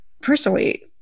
personally